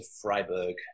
Freiburg